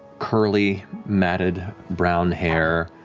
curly, matted brown hair,